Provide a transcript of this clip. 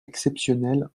exceptionnel